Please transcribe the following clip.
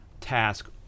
task